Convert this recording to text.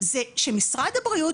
זה שמשרד הבריאות,